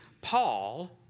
Paul